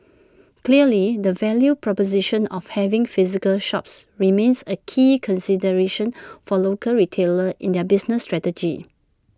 clearly the value proposition of having physical shops remains A key consideration for local retailers in their business strategy